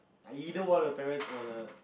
either one the parents or the